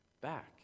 back